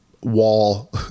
wall